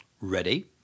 Ready